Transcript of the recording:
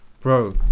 bro